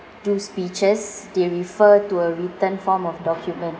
do speeches they refer to a written form of document